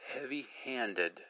heavy-handed